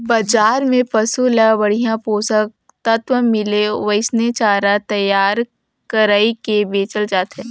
बजार में पसु ल बड़िहा पोषक तत्व मिले ओइसने चारा तईयार कइर के बेचल जाथे